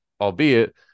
albeit